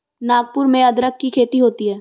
नागपुर में अदरक की खेती होती है